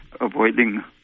avoiding